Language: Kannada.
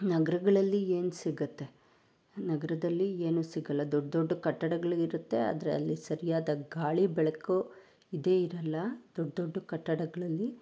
ನಗರಗಳಲ್ಲಿ ಏನು ಸಿಗುತ್ತೆ ನಗರದಲ್ಲಿ ಏನೂ ಸಿಗಲ್ಲ ದೊಡ್ಡ ದೊಡ್ಡ ಕಟ್ಟಡಗಳು ಇರುತ್ತೆ ಆದರೆ ಅಲ್ಲಿ ಸರಿಯಾದ ಗಾಳಿ ಬೆಳಕು ಇದೇ ಇರಲ್ಲ ದೊಡ್ಡ ದೊಡ್ಡ ಕಟ್ಟಡಗಳಲ್ಲಿ